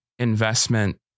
investment